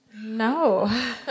No